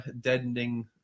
deadening